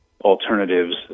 alternatives